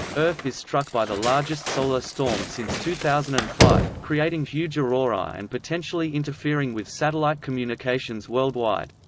earth is struck by the largest solar storm since two thousand and five, creating huge aurorae and potentially interfering with satellite communications worldwide.